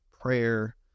prayer